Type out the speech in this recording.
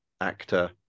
actor